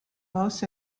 most